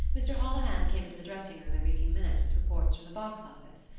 mr. holohan came into the dressingroom every few minutes with reports from the box-office.